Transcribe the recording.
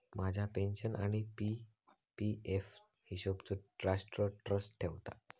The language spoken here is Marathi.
माझ्या पेन्शन आणि पी.पी एफ हिशोबचो राष्ट्र ट्रस्ट ठेवता